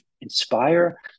inspire